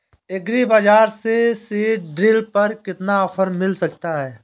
Agree बाजार से seed drill पर कितना ऑफर मिल सकता है?